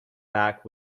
back